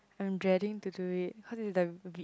I'm dreading to do it cause it's like a bit